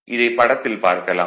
இதைப் படத்திலும் பார்க்கலாம்